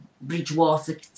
Bridgewater